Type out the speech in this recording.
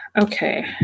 Okay